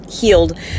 healed